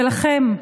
ולכם,